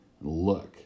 Look